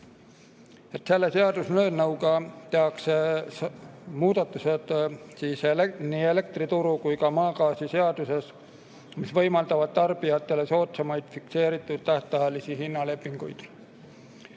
Selle seaduseelnõuga tehakse nii elektrituru- kui ka maagaasiseaduses muudatused, mis võimaldavad tarbijatele soodsamaid fikseeritud tähtajalisi hinnalepinguid.